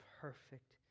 perfect